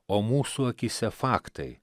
o mūsų akyse faktai